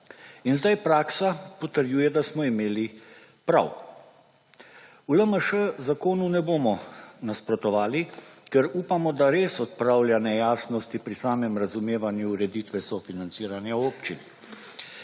Sedaj praksa potrjuje, da smo imeli prav. V LMŠ zakonu ne bomo nasprotovali, ker upamo, da res odpravlja nejasnosti pri samem razumevanju ureditve sofinanciranja občin,